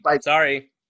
Sorry